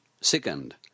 Second